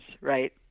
right